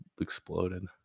exploded